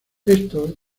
estos